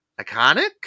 iconic